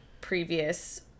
previous